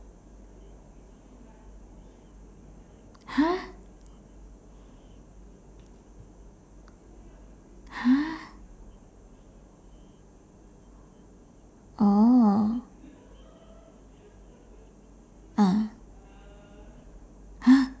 !huh! !huh! oh ah !huh!